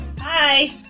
Hi